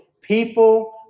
people